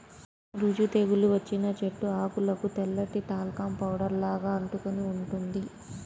బూజు తెగులు వచ్చిన చెట్టు ఆకులకు తెల్లటి టాల్కమ్ పౌడర్ లాగా అంటుకొని ఉంటుంది